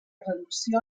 reducció